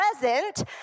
present